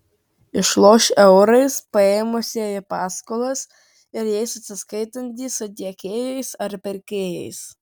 išloš eurais paėmusieji paskolas ir jais atsiskaitantys su tiekėjais ar pirkėjais